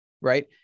right